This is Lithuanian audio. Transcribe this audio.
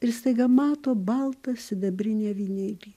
ir staiga mato baltą sidabrinį avinėlį